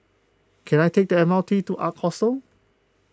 can I take the M R T to Ark Hostel